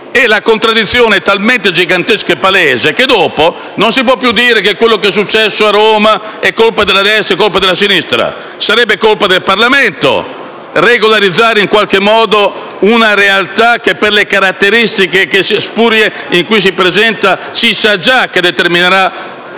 La contraddizione è talmente gigantesca e palese che dopo non si può più dire che quello che è successo a Roma è colpa della destra o della sinistra: sarebbe colpa del Parlamento se non regolarizzasse in qualche modo una realtà che, per le caratteristiche spurie in cui si presenta, si sa già che determinerà